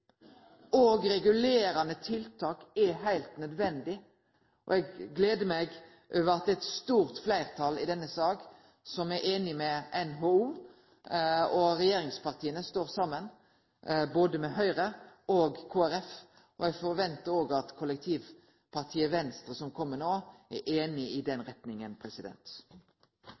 og regulerande tiltak er heilt nødvendige. Eg gleder meg over at det er eit stort fleirtal i denne saka som er einig med NHO, og regjeringspartia står saman med både Høgre og Kristeleg Folkeparti. Eg forventar òg at kollektivpartiet Venstre – som kjem no – er einig i den retninga.